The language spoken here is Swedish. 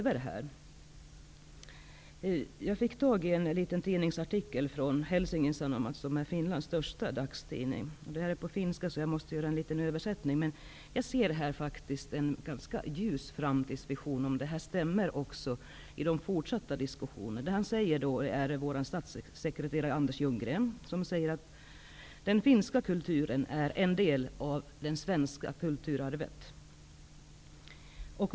Jag fick tag i en tidningsartikel från Helsingin Sanomat som är Finlands största dagstidning. Detta är på finska så jag måste göra en översättning. Jag ser här en ganska ljus framtidsvision om detta också stämmer i de fortsatta diskussionerna. Vår statssekreterare Anders Ljunggren säger där att den finska kulturen är en del av det svenska kulturarvet.